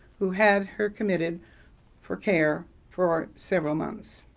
who had her committed for care for several months.